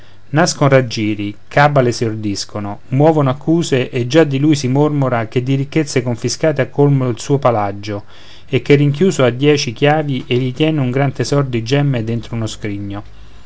nascon raggiri cabale si ordiscono muovon accuse e già di lui si mormora che di ricchezze confiscate ha colmo un suo palagio e che rinchiuso a dieci chiavi egli tien un gran tesor di gemme dentro uno scrigno